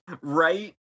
Right